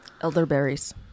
Elderberries